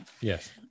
Yes